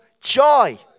joy